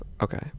Okay